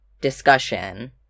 discussion